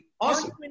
awesome